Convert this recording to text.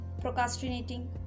procrastinating